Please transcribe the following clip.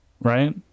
right